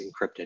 encrypted